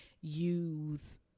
use